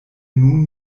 nun